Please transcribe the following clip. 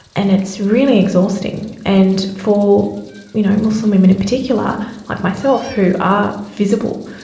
and it's really exhausting, and for you know muslim women in particular like myself who are visible,